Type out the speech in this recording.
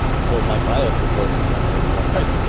so my bias of course is on that side,